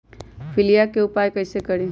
पीलिया के उपाय कई से करी?